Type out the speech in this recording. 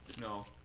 No